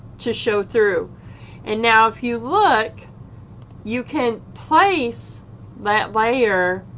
to show through and now if you look you can place that layer